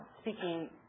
speaking